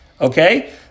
Okay